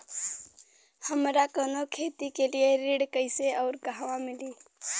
हमरा कवनो खेती के लिये ऋण कइसे अउर कहवा मिली?